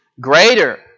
Greater